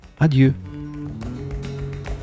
adieu